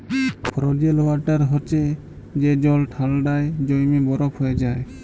frozen water হছে যে জল ঠাল্ডায় জইমে বরফ হঁয়ে যায়